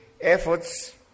efforts